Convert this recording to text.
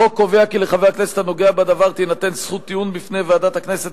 החוק קובע כי לחבר כנסת הנוגע בדבר תינתן זכות טיעון בפני ועדת הכנסת,